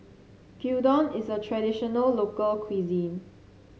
Gyudon is a traditional local cuisine